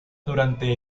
durante